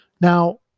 Now